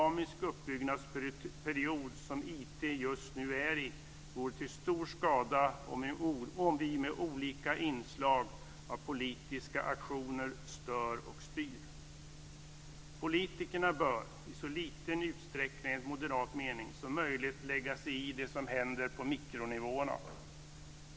Politikerna bör enligt moderat mening i så liten utsträckning som möjligt lägga sig i det som händer på mikronivåerna.